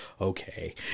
okay